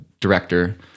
director